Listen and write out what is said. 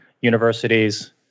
universities